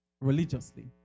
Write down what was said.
religiously